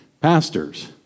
pastors